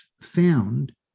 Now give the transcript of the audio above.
found